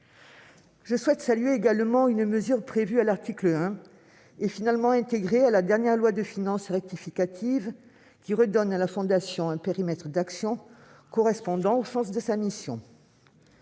Je souhaite saluer également une mesure prévue à l'article 1, finalement intégrée à la dernière loi de finances rectificative, qui redonne à la Fondation un périmètre d'action correspondant au sens de sa mission.